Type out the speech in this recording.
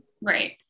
Right